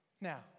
Now